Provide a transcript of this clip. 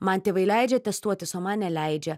man tėvai leidžia testuotis o man neleidžia